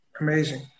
amazing